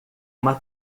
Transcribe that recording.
uma